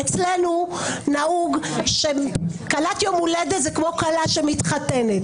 אצלנו נהוג שכלת יום הולדת זה כמו כלה שמתחתנת,